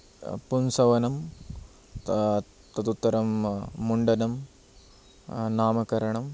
पुंसवनं तदुत्तरं मुण्डनं नामकरणं